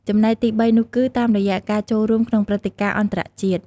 ចំណែកទីបីនោះគឺ តាមរយៈការចូលរួមក្នុងព្រឹត្តិការណ៍អន្តរជាតិ។